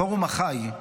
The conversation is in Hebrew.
פורום אחיי,